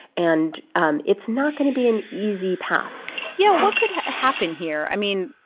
and um it's not going to be an easy path yeah, what could happen here? i mean,